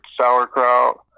sauerkraut